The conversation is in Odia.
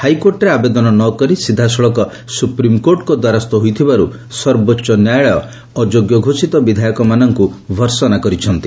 ହାଇକୋର୍ଟରେ ଆବେଦନ ନ କରି ସିଧାସଳଖ ସୁପ୍ରିମକୋର୍ଟଙ୍କ ଦ୍ୱାରସ୍ଥ ହୋଇଥିବାରୁ ସର୍ବୋଚ୍ଚ ନ୍ୟାୟାଳୟ ଅଯୋଗ୍ୟ ଘୋଷିତ ବିଧାୟକମାନଙ୍କୁ ଭର୍ସନା କରିଛନ୍ତି